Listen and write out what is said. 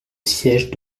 siège